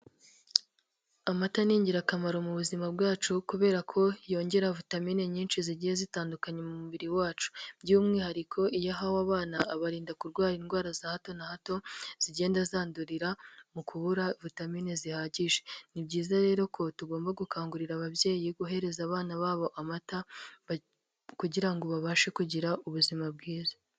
Amata ni ingirakamaro mu buzima bwacu kubera ko yongera vitamine nyinshi zigiye zitandukanye mu mubiri wacu, by'umwihariko iyo ahawe abana abarinda kurwara indwara za hato na hato, zigenda zandurira mu kubura vitamine zihagije, ni byiza rero ko tugomba gukangurira ababyeyi guhereza abana babo amata kugira ngo babashe kugira ubuzima bwiza.